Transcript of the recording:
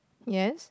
yes